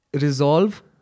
resolve